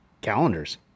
calendars